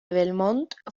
belmont